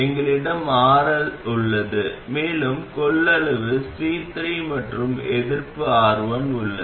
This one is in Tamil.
எங்களிடம் RL உள்ளது மேலும் கொள்ளளவு C3 மற்றும் எதிர்ப்பு R1 உள்ளது